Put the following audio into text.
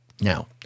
Now